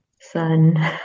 sun